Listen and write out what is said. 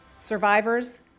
Survivors